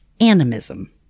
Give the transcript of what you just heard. animism